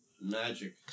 Magic